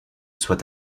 soit